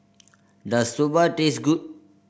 does Soba taste good